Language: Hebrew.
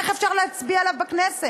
איך אפשר להצביע עליו בכנסת?